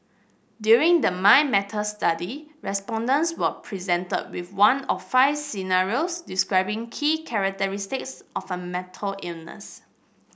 during the Mind Matters study respondents were presented with one of five scenarios describing key characteristics of a mental illness